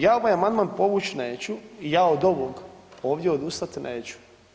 Ja ovaj amandman povući neću i ja od ovog ovdje odustati neću.